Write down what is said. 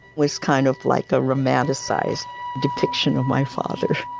was kind of like a romanticized depiction of my father.